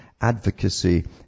advocacy